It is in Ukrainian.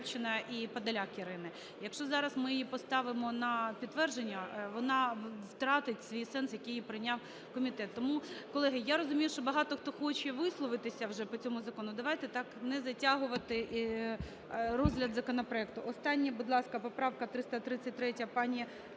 Шкрум, Рябчина і Подоляк Ірини. Якщо зараз ми її поставимо на підтвердження, вона втратить свій сенс, який прийняв комітет. Тому, колеги, я розумію, що багато хто хоче висловитися вже по цьому закону, давайте так не затягувати розгляд законопроекту. Остання, будь ласка, поправка 233.